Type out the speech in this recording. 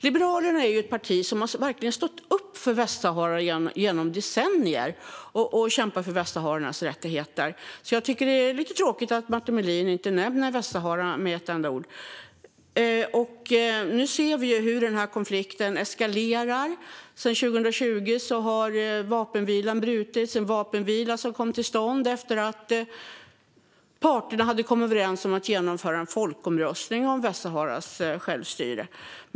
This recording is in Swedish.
Liberalerna är ett parti som verkligen har stått upp för Västsahara genom decennier och kämpat för västsahariernas rättigheter. Det är därför lite tråkigt att Martin Melin inte nämnde Västsahara med ett enda ord. Nu ser vi hur konflikten eskalerar. Sedan 2020 har vapenvilan brutits. Den kom till stånd efter att parterna hade kommit överens om att genomföra en folkomröstning om Västsaharas självstyre.